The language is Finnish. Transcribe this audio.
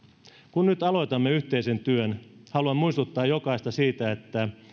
kun nyt aloitamme yhteisen työn haluan muistuttaa jokaista siitä että